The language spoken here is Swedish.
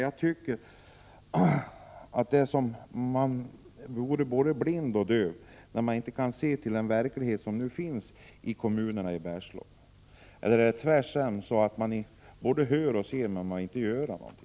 Jag tycker dock att man verkar vara både blind och döv. Man ser ju inte den verklighet som gäller i kommunerna i Bergslagen. Eller är det kanske tvärtom — dvs. att man både hör och ser men inte vill göra någonting?